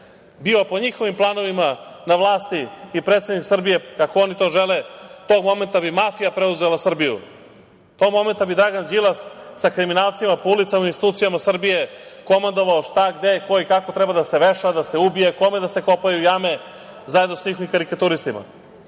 bio po njihovim planovima na vlasti i predsednik Srbije kako oni to žele, tog momenta bi mafija preuzela Srbiju, tog momenta bi Dragan Đilas sa kriminalcima po ulicama i institucijama Srbije komandovao šta, gde, ko i kako treba da se veša, da se ubije, kome da se kopaju jame zajedno sa njihovim karikaturistima. Kada